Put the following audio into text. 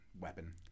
weapon